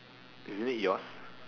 is it yours